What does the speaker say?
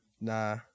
Nah